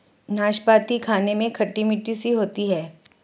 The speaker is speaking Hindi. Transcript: नाशपती खाने में खट्टी मिट्ठी सी होती है